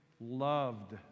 loved